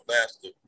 faster